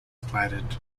platted